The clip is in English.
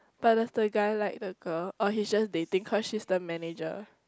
but does the guy like the girl or he's just dating cause she's the manager